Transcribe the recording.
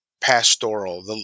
pastoral